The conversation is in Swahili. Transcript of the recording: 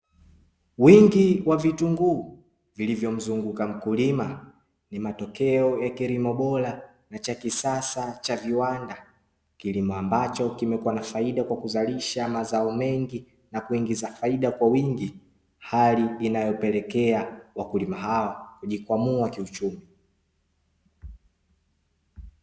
Wingi wa vitunguu vilivyomzunguka mkulima, ni matokeo ya kilimo bora na cha kisasa cha viwanda, kilimo ambacho kimekuwa na faida kwa kuzalisha mazao mengi, na kuingiza faida kwa wingi, hali inayopelekea wakulima hao kujikwamua kiuchumi.